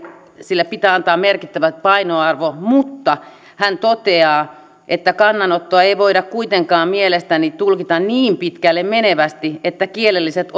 pitää antaa merkittävä painoarvo mutta hän toteaa että kannanottoa ei voida kuitenkaan mielestäni tulkita niin pitkälle menevästi että kielelliset